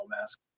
mask